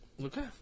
Okay